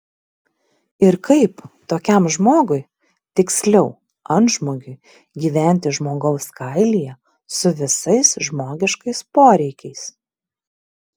ir kaip tokiam žmogui tiksliau antžmogiui gyventi žmogaus kailyje su visais žmogiškais poreikiais